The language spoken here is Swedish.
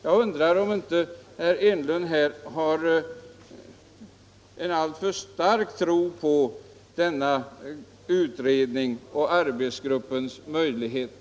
Jag undrar om inte herr Enlund har en alltför stark tro på denna utredning och på arbetsgruppens möjligheter.